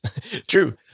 true